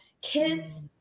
kids